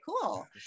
cool